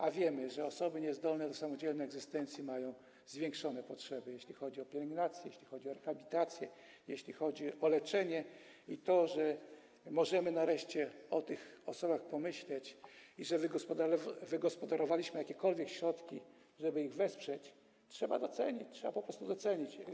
A wiemy, że osoby niezdolne do samodzielnej egzystencji mają zwiększone potrzeby, jeśli chodzi o pielęgnację, jeśli chodzi o rehabilitację, jeśli chodzi o leczenie, i to, że możemy nareszcie o tych osobach pomyśleć i że wygospodarowaliśmy jakiekolwiek środki, żeby je wesprzeć, trzeba docenić, trzeba po prostu docenić.